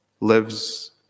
lives